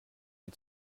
die